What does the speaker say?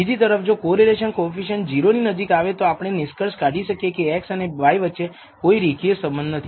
બીજી તરફ જો કોરિલેશન કોએફિસિએંટ 0 ની નજીક આવે તો આપણે નિષ્કર્ષ કાઢી શકીએ કે x અને y પછી કોઈ રેખીય સંબંધ નથી